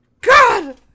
God